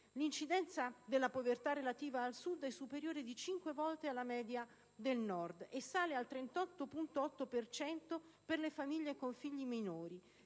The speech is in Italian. L'incidenza della povertà relativa al Sud è superiore di cinque volte alla media del Nord, e sale al 38,8 per cento per le famiglie con figli minori,